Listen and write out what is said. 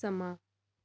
ਸਮਾਂ